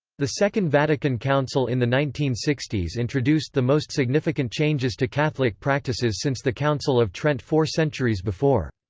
the second vatican council in the nineteen sixty s introduced the most significant changes to catholic practices since the council of trent four centuries before.